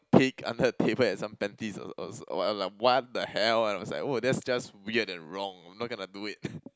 peek under the table at some panties or w~ or what lah what the hell and I was like whoa that's just weird and wrong I'm not gonna do it